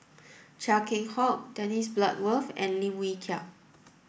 Chia Keng Hock Dennis Bloodworth and Lim Wee Kiak